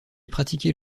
pratiquer